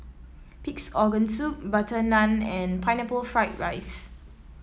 Pig's Organ Soup Butter Naan and Pineapple Fried Rice